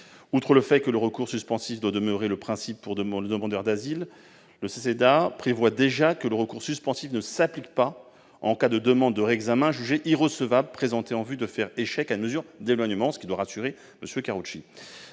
Outre que le recours suspensif doit demeurer le principe pour le demandeur d'asile, le CESEDA prévoit déjà que le recours suspensif ne s'applique pas en cas de demande de réexamen jugée irrecevable présentée en vue de faire échec à une mesure d'éloignement, ce qui devrait rassurer M. Karoutchi.